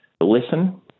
listen